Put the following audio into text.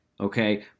okay